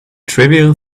trivial